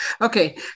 Okay